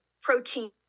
protein